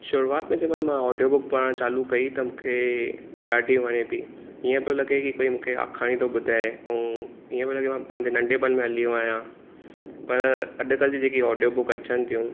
शुरूआति में जंहिंमहिल मां ऑडियो बुक पढ़णु चालू कई त मूंखे ॾाढी वणे पई ईअं पियो लगे कोई मूंखे आखाणी थो ॿुधाये ऐं ईअं पियो लॻे मां पंहिंजे नंढपण में हली वियो आहियां पर अॼु कल्ह जी जेकी ऑडियो बुक अचनि थियूं